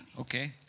Okay